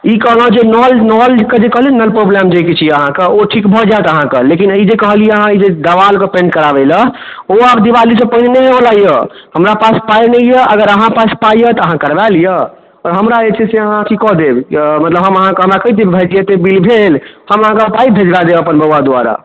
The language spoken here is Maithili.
ई कहलहुँ जे नल नल कऽ जे कहलियै ने प्रोब्लम जे किछु यऽ अहाँकऽ ओ ठीक भऽ जाएत अहाँकऽ लेकिन ई जे कहलियै अहाँ देवाल कऽ पेन्ट कराबै लऽ ओ आब दिवालीसँ पहिने नहि होइ बला यऽ हमरा पास पाइ नहि यऽ अगर अहाँ पास पाइ यऽ तऽ अहाँ करबाए लिअ आओर हमरा जे छै से अहाँ अथी कऽ देब मतलब हम अहाँक हमरा कहि देब भाइजी जे एतेक बिल भेल हम अहाँकऽ पाइ भेजबाए देब अपन बउवा द्वारा